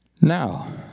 Now